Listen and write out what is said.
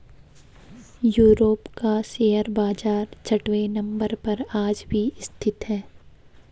Europe का share बाजार छठवें नम्बर पर आज भी स्थित है